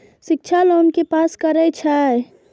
शिक्षा लोन के पास करें छै?